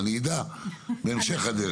אני אדע בהמשך הדרך.